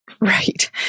Right